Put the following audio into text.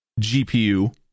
GPU